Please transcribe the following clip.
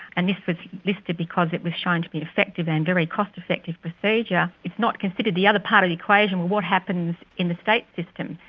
and this was listed because it was shown to be effective and very cost-effective procedure, it's not considered the other part of the equation, what happens in the state system.